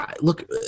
look